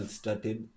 started